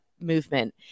movement